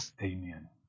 Amen